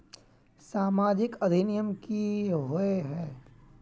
सामाजिक अधिनियम की होय है?